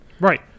Right